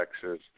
Texas